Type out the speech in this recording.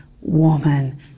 woman